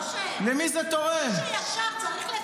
אושר, מי שהוא ישר, לא צריך לפחד.